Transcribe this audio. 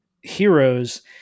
heroes